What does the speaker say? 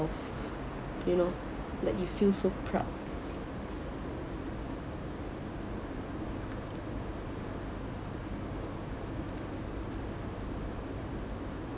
you know like you feel so proud